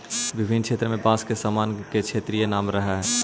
विभिन्न क्षेत्र के बाँस के सामान के क्षेत्रीय नाम रहऽ हइ